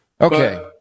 Okay